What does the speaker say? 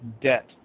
Debt